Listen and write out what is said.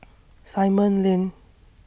Simon Lane